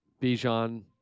Bijan